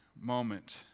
moment